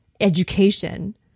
education